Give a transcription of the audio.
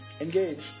Engage